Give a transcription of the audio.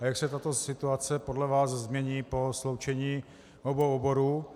A jak se tato situace podle vás změní po sloučení obou oborů?